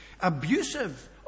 abusive